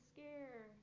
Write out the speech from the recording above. Scare